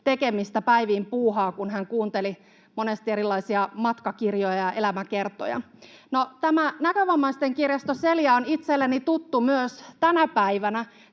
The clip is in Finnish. tekemistä, päiviin puuhaa, kun hän kuunteli monesti erilaisia matkakirjoja ja elämäkertoja. No, tämä näkövammaisten kirjasto Celia on itselleni tuttu myös tänä päivänä,